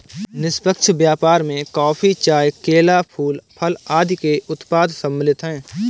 निष्पक्ष व्यापार में कॉफी, चाय, केला, फूल, फल आदि के उत्पाद सम्मिलित हैं